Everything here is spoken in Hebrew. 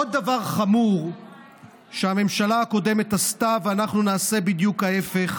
עוד דבר חמור שהממשלה הקודמת עשתה ואנחנו נעשה בדיוק ההפך,